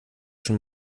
schon